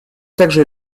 также